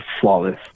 flawless